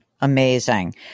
Amazing